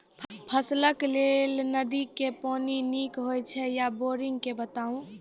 फसलक लेल नदी के पानि नीक हे छै या बोरिंग के बताऊ?